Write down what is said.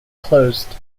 closed